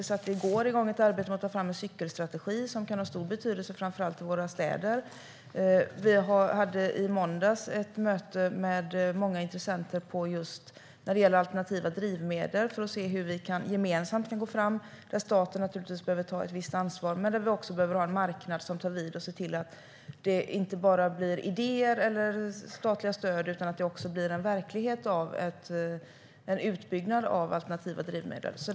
Vi satte i går igång ett arbete med att ta fram en cykelstrategi som kan ha stor betydelse framför allt i våra städer. Vi hade i måndags ett möte med många intressenter när det gäller alternativa drivmedel för att se hur vi gemensamt kan gå fram. Staten behöver naturligtvis ta ett visst ansvar. Men vi behöver ha en marknad som tar vid och ser till att det inte bara blir idéer och statliga stöd utan också blir en verklighet av en utbyggnad av alternativa drivmedel.